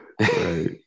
right